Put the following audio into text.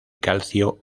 calcio